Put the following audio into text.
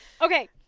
Okay